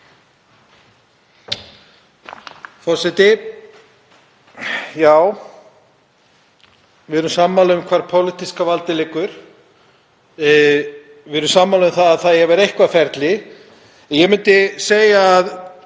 Forseti. Já, við erum sammála um hvar pólitíska valdið liggur, við erum sammála um að það eigi að vera eitthvert ferli. Ég myndi segja að